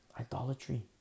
Idolatry